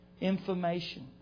information